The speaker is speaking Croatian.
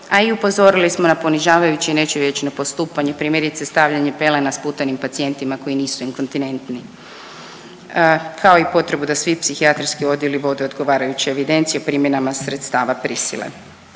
a i upozorili smo na ponižavajuće i nečovječno postupanje, primjerice, stavljanje pelena sputanim pacijentima koji nisu inkontinentni, kao i potrebu da svi psihijatrijski odjeli vode odgovarajuće evidencije primjenama sredstava prisile.